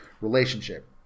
Relationship